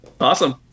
Awesome